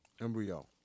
Embryo